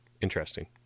Interesting